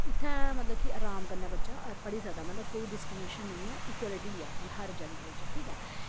इ'त्थें मतलब कि आराम कन्नै बच्चा पढ़ी सकदा मतलब कोई डिस्क्रिमिनेशन निं ऐ इक्वलिटी ऐ मतलब हर जेंडर च ठीक ऐ